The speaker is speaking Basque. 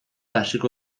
hasiko